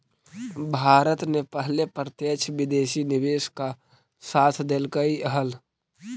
भारत ने पहले प्रत्यक्ष विदेशी निवेश का साथ न देलकइ हल